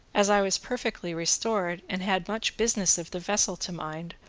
as i was perfectly restored, and had much business of the vessel to mind,